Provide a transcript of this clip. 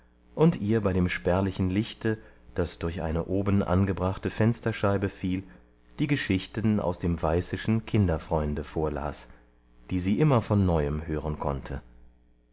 und ihr bei dem spärlichen lichte das durch eine oben angebrachte fensterscheibe fiel die geschichten aus dem weißeschen kinderfreunde vorlas die sie immer von neuem hören konnte